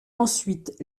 ensuite